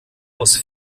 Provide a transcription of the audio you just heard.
aus